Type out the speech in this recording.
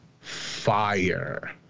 fire